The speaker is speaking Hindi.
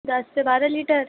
दस से बारह लीटर